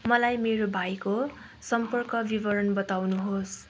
मलाई मेरो भाइको सम्पर्क विवरण बताउनुहोस्